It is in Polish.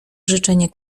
życzenie